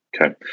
Okay